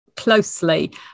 Closely